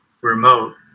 remote